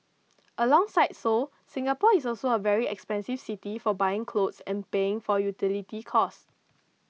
alongside Seoul Singapore is also a very expensive city for buying clothes and paying for utility costs